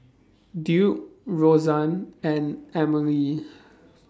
Duke Roseann and Emely